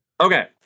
Okay